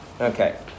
Okay